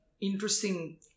interesting